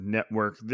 Network